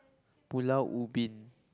Pulau-Ubin